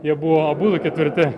jie buvo abudu ketvirti